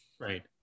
Right